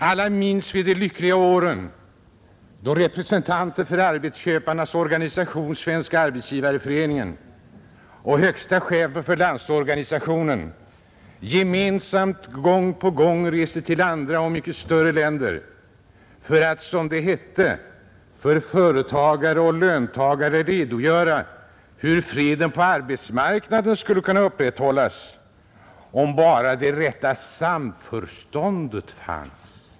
Alla minns vi de lyckliga åren då representanter för arbetsköparnas organisation Svenska arbetsgivareföreningen och högste chefen för Landsorganisationen gemensamt gång på gång reste till andra och mycket större länder för att, som det hette, för företagare och löntagare redogöra för hur freden på arbetsmarknaden skulle kunna upprätthållas — om bara det rätta samförståndet fanns.